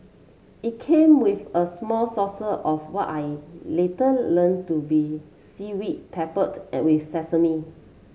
it came with a small saucer of what I later learnt to be seaweed peppered with sesame